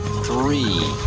three.